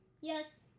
yes